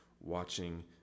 watching